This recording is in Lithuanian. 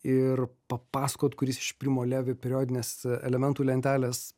ir papasakot kuris iš primo levi periodinės elementų lentelės